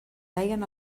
deien